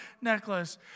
necklace